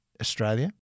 Australia